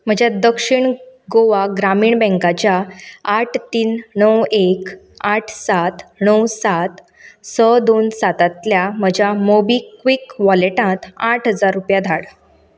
म्हज्या दक्षीण गोवा ग्रामीण बँकाच्या आठ तान णव एक आठ सात णव सात स दोन सातांल्या म्हज्या मोबिक्वीक वॉलेटांत आठ हजार रुपया धाड